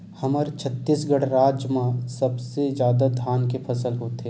हमर छत्तीसगढ़ राज म सबले जादा धान के फसल होथे